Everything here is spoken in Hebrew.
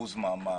ריכוז מאמץ,